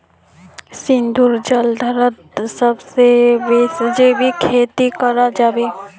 सिद्धू जालंधरत सेबेर जैविक खेती कर बे